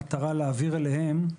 במטרה להעביר אליהם,